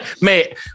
Mate